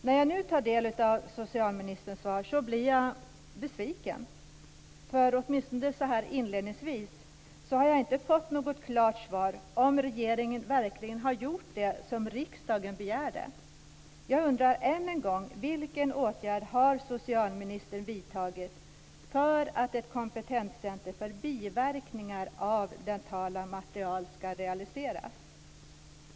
När jag nu tar del av socialministerns svar blir jag besviken. Åtminstone inledningsvis har jag inte fått ett klart svar på frågan om regeringen verkligen har gjort det som riksdagen begärt. Än en gång undrar jag: Vilken åtgärd har socialministern vidtagit för att ett kompetenscenter för biverkningar av dentala material skall realiseras?